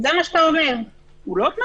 הגשת מזון אצל המוגבלים או אצל